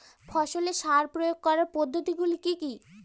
ফসলে সার প্রয়োগ করার পদ্ধতি গুলি কি কী?